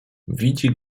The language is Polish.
widzi